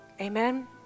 Amen